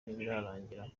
ntibirarangira